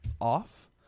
off